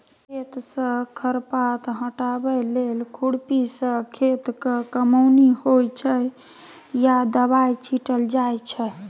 खेतसँ खर पात हटाबै लेल खुरपीसँ खेतक कमौनी होइ छै या दबाइ छीटल जाइ छै